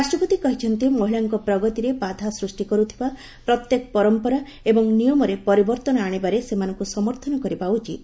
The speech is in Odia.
ରାଷ୍ଟପତି କହିଛନ୍ତି ମହିଳାଙ୍କ ପ୍ରଗତିରେ ବାଧା ସୃଷ୍ଟି କରୁଥିବା ପ୍ରତ୍ୟେକ ପରମ୍ପରା ଏବଂ ନିୟମରେ ପରିବର୍ତ୍ତନ ଆଣିବାରେ ସେମାନଙ୍କୁ ସମର୍ଥନ କରିବା ଉଚିତ